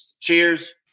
cheers